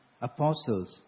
apostles